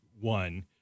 one